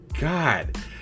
god